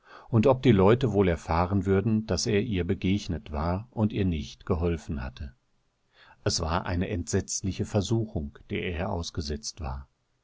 und ob die leute wohl erfahren würden daß er ihr begegnetwarundihrnichtgeholfenhatte es war eine entsetzliche versuchung der er ausgesetzt war